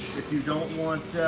if you don't want